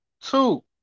two